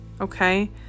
Okay